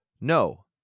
No